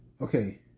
okay